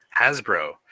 Hasbro